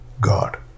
God